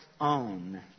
own